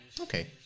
Okay